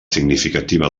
significativa